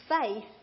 faith